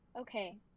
Okay